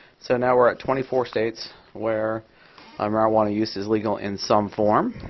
so now we're at twenty four states where um marijuana use is legal in some form.